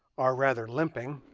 or rather limping